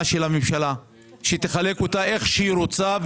של הממשלה שתחלק אותה איך שהיא רוצה,